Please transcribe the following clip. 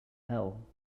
hell